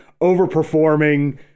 overperforming